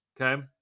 Okay